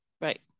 Right